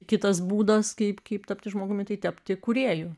kitas būdas kaip kaip tapti žmogumi tai tapti kūrėju